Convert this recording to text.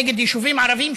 נגד יישובים ערביים,